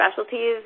specialties